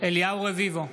אליהו רביבו,